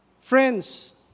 Friends